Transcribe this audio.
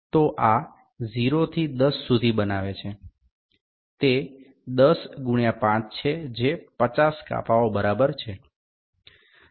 તો આ 0 થી 10 સુધી બનાવે છે તે 10 ગુણ્યા 5 છે જે 50 કાપાઓ બરાબર છે